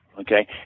okay